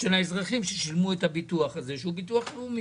של האזרחים ששילמו את הביטוח הלאומי.